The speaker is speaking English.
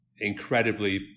incredibly